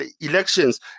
elections